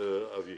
אבי